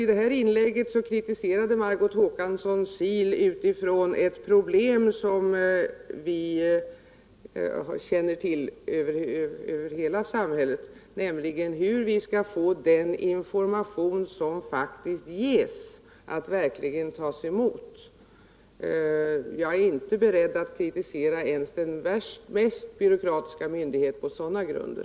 I det här inlägget kritiserade Margot Håkansson SIL med utgångspunkt i ett problem som vi känner till över hela samhället, nämligen hur vi skall göra för att den information som faktiskt ges verkligen tas emot. Jag är inte beredd att kritisera ens den mest byråkratiska myndighet på sådana grunder.